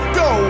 go